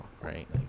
right